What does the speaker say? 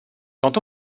quant